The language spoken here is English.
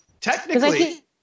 technically